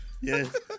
Yes